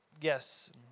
yes